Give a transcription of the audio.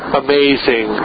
amazing